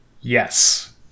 Yes